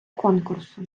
конкурсу